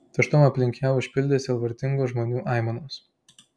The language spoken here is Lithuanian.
tuštumą aplink ją užpildė sielvartingos žmonių aimanos